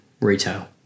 retail